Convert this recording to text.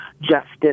Justice